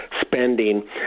spending